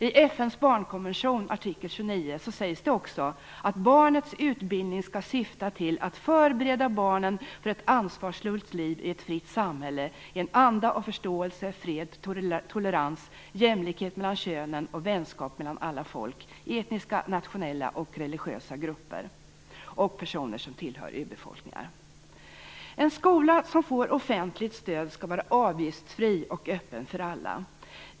I FN:s barnkonvention, artikel 29, sägs det också att barnets utbildning skall syfta till att förbereda barnen för ett ansvarsfullt liv i ett fritt samhälle i en anda av förståelse, fred, tolerans, jämlikhet mellan könen och vänskap mellan alla folk, etniska, nationella och religiösa grupper och personer som tillhör urbefolkningar. En skola som får offentligt stöd skall vara avgiftsfri och öppen för alla.